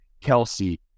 Kelsey